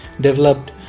developed